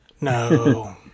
No